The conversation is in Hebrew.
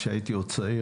כשהייתי עוד צעיר,